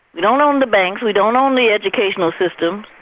we don't own the banks, we don't own the educational systems.